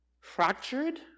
Fractured